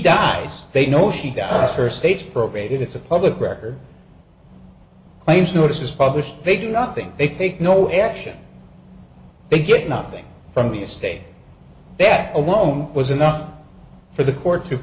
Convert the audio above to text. dies they know she does her state's probate it's a public record claims notices published they do nothing they take no action they get nothing from the stay that alone was enough for the court to